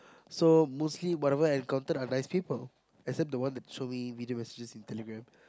so mostly whatever I've encountered are nice people except the one that show me video messages in Telegram